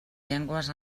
llengües